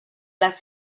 las